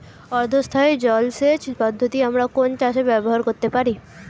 অর্ধ স্থায়ী জলসেচ পদ্ধতি আমরা কোন চাষে ব্যবহার করতে পারি?